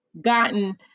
gotten